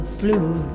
blue